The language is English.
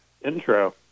intro